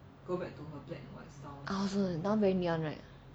I also now very neon right